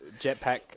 jetpack